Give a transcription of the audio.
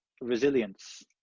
resilience